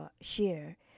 share